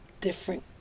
different